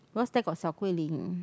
because there got Xiao-Guilin